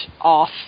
off